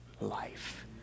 life